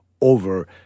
over